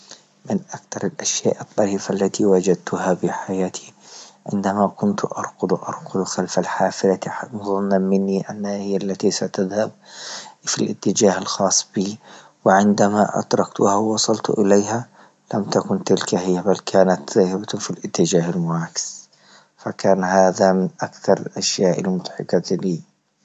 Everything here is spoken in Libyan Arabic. من أكتر الأشياء الطيفة التي وجدتها بحياتي عندما كنت أرقد أرقد خلف الحافلة ح- ظنا مني أنها هي التي ستذهب في إتجاه الخاص بي، وعندما أدركتها وصلت إليها لم تكن تلك هي بل كانت ذاهبة في الإتجاه المعاكس، فكان هذا من أكثر الأشياء المضحكة لي.